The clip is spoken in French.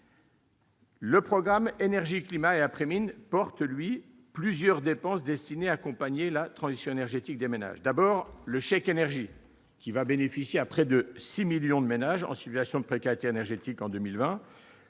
Le programme « Énergie, climat et après-mines » porte, lui, plusieurs dépenses destinées à accompagner la transition énergétique des ménages. D'abord, le chèque énergie bénéficiera à près de 6 millions de ménages en situation de précarité énergétique en 2020.